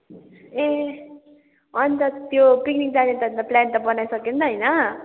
ए अनि त त्यो पिकनिक जाने त अनि त प्ल्यान त बनाइसक्यो नि त होइन